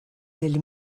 lil